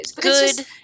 Good